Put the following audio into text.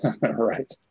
Right